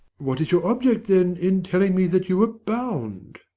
what is your object, then, in telling me that you were bound?